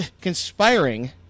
conspiring